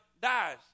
dies